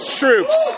troops